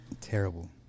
Terrible